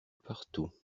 partout